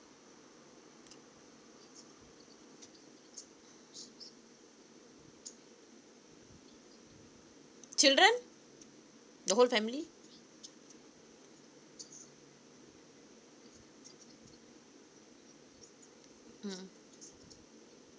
children the whole family mm